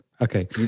Okay